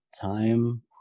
time